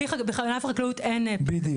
בלי, בענף החקלאות אין פיקדון.